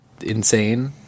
insane